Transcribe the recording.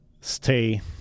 stay